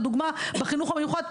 לדוגמה בחינוך המיוחד,